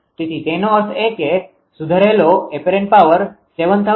તેથી તેનો અર્થ એ કે સુધારેલો અપેરન્ટ પાવર 7397